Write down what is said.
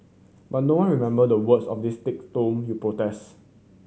but no one remember the words of this thick tome you protest